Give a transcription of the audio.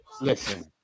Listen